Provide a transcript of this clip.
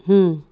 हं